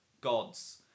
gods